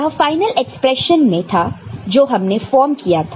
यह final expression में था जो हमने फॉर्म किया था